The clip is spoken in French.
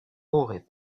aurait